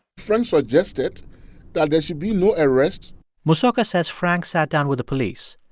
frank suggested that there should be no arrest mosoka says frank sat down with the police.